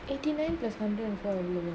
eighty nine plus hundred and